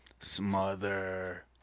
Smother